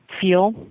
feel